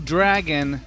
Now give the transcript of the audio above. Dragon